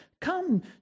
Come